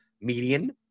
median